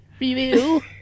Review